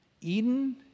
Eden